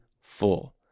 full